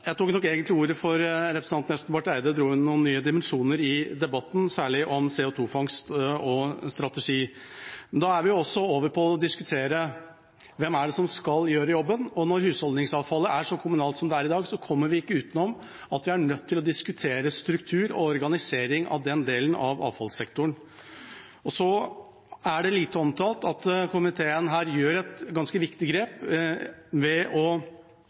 Jeg tok egentlig ordet fordi representanten Espen Barth Eide dro noen nye dimensjoner i debatten, særlig om CO2-fangst og strategi. Da er vi også over på å diskutere: Hvem er det som skal gjøre jobben? Når husholdningsavfallet er så kommunalt som det er i dag, kommer vi ikke utenom at vi er nødt til å diskutere struktur og organisering av den delen av avfallssektoren. Så er det lite omtalt at komiteen gjør et ganske viktig grep ved å